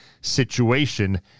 situation